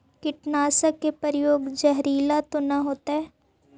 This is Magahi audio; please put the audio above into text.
कीटनाशक के प्रयोग, जहरीला तो न होतैय?